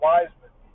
Wiseman